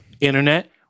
Internet